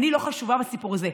אני לא חשובה בסיפור הזה,